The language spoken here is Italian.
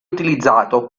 utilizzato